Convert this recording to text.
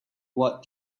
what